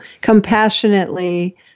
compassionately